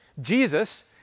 Jesus